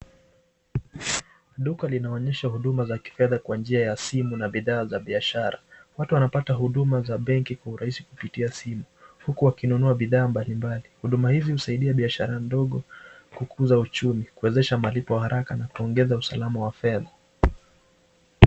Duka linaonyesha huduma za kifedha kwa njia ya simu na bidhaa za biashara, watu wanapata huduma za benki kwa urahisi kupitia simu huku wakinunua bidhaa mbalimbali, huduma hizi husaidia biashara ndogo kukuza uchumi, kuwezesha malipo ya haraka na kuongeza usalama wa fedha.